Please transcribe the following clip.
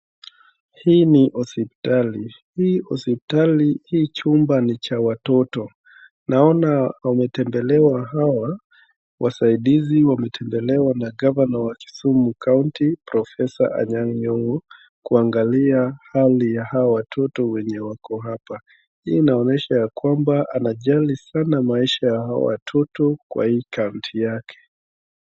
Hii ni hospitali, hii hospitali hii chumba ni cha watoto, naona wametembelewa hawa wasaidizi wametembelewa na governor wa Kisumu County, Professor Anyang Ny'ong'o kuangalia hali ya watoto wenye wako hapa hii inaonyesha ya kwamba anajali sana maisha ya hawa watoto kwa hii county yake.